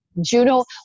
Juno